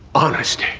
honest.